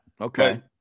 Okay